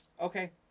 Okay